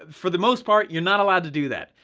for the most part, you're not allowed to do that.